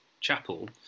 chapel